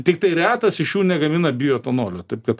tiktai retas iš jų negamina bioetanolio taip kad